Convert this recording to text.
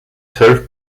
zwölf